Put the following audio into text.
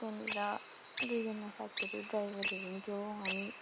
त्यहाँनिर दुईजना साथीहरू ड्राइभरहरू हुनुहुन्थ्यो हामी